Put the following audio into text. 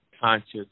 conscious